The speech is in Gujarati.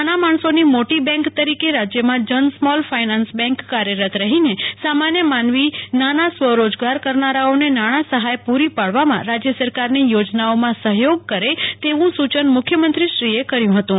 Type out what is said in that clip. નાના માણસોની મોટી બેંક તરીકે રાજ્યમાં જન સ્મોલ ફાઇનાન્સ બેંક કાર્યરત રફીને સામાન્ય માનવી નાના સ્વરોજગાર કરનારાઓને નાણાં સફાય પૂરી પાડવામાં રાજ્ય સરકારની યોજનાઓમાં સફયોગ કરે તેવું સૂચન મુખ્યમંત્રીશ્રીએ કર્યું ફતું